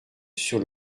sur